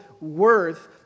worth